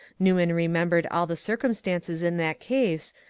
newman re membered all the circumstances in that case,